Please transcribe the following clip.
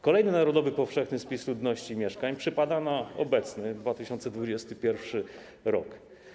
Kolejny narodowy powszechny spis ludności i mieszkań przypada na obecny 2021 r.